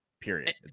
period